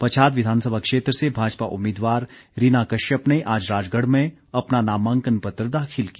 पच्छाद विधानसभा क्षेत्र से भाजपा उम्मीदवार रीना कश्यप ने आज राजगढ़ में अपना नामांकन पत्र दाखिल किया